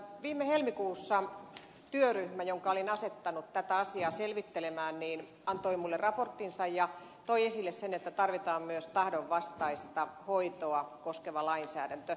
viime helmikuussa työryhmä jonka olin asettanut tätä asiaa selvittelemään antoi minulle raporttinsa ja toi esille sen että tarvitaan myös tahdonvastaista hoitoa koskeva lainsäädäntö